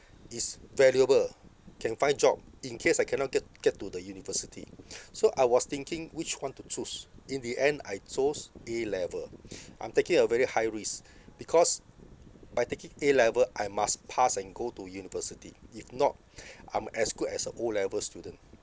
is valuable can find job in case I cannot get get to the university so I was thinking which one to choose in the end I chose A level I'm taking a very high risk because by taking A level I must pass and go to university if not I'm as good as a O level student